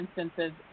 instances